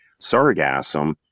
sargassum